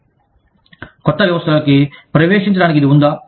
క్రొత్త వ్యవస్థలోకి ప్రవేశించటానికి ఇది ఉందా